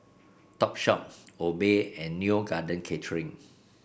Topshop Obey and Neo Garden Catering